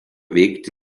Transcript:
veikti